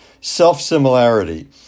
self-similarity